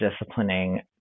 disciplining